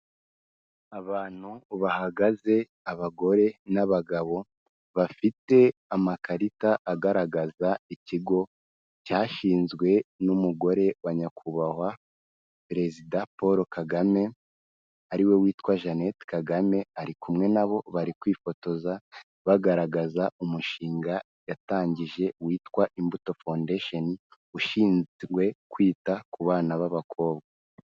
Abantu bahagaze, abagore n'abagabo, bafite amakarita agaragaza ikigo cyashinzwe n'umugore wa nyakubahwa perezida Paul Kagame ari we witwa Jeannette Kagame, ari kumwe na bo, bari kwifotoza bagaragaza umushinga yatangije witwa Imbuto Foundation ushinzwe kwita ku bana b'abakobwa.